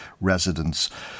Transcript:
residents